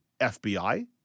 FBI